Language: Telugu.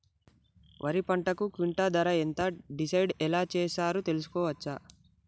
వరి పంటకు క్వింటా ధర ఎంత డిసైడ్ ఎలా చేశారు తెలుసుకోవచ్చా?